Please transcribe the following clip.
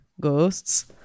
ghosts